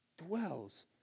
dwells